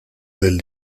del